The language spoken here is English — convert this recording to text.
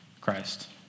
Christ